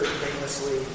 famously